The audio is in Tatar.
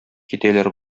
китәләр